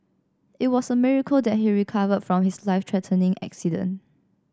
it was a miracle that he recovered from his life threatening accident